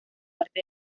arte